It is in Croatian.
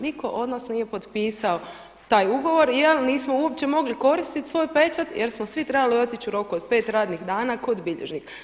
Nitko od nas nije potpisao taj ugovor jer nismo uopće mogli koristiti svoj pečat jer smo svi trebali otići u roku od 5 radnih dana kod bilježnika.